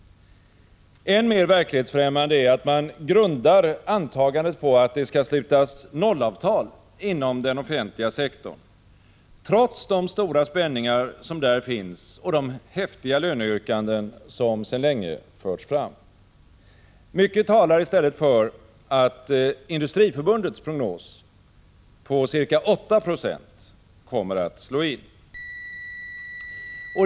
Än mer verklighetsfrämmande är att man grundar antagandet på att det skall slutas nollavtal inom den offentliga sektorn trots de stora spänningar som där finns och de häftiga löneyrkanden som sedan länge förts fram. Mycket talar i stället för att Industriförbundets prognos på ca 8 76 kommer att slå in.